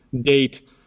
date